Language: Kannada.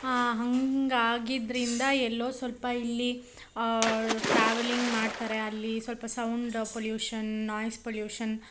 ಹಾಗಾಗಿದ್ರಿಂದ ಎಲ್ಲೋ ಸ್ವಲ್ಪ ಇಲ್ಲಿ ಟ್ರಾವೆಲಿಂಗ್ ಮಾಡ್ತಾರೆ ಅಲ್ಲಿ ಸ್ವಲ್ಪ ಸೌಂಡ್ ಪೊಲ್ಯೂಷನ್ ನಾಯ್ಸ್ ಪೊಲ್ಯೂಷನ್